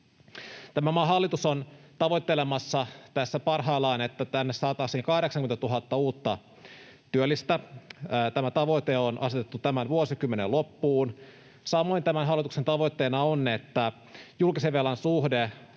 Tämän maan hallitus on tavoittelemassa tässä parhaillaan, että tänne saataisiin 80 000 uutta työllistä. Tämä tavoite on asetettu tämän vuosikymmenen loppuun. Samoin tämän hallituksen tavoitteena on, että julkisen velan suhde